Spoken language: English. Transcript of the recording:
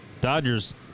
Dodgers